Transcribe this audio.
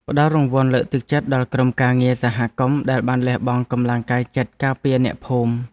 ផ្ដល់រង្វាន់លើកទឹកចិត្តដល់ក្រុមការងារសហគមន៍ដែលបានលះបង់កម្លាំងកាយចិត្តការពារអ្នកភូមិ។